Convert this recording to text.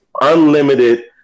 unlimited